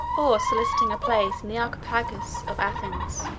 or soliciting a place in the arcopagus of athens.